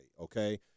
okay